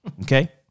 okay